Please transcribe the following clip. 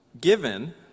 Given